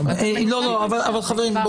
חברים,